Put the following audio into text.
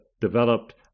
developed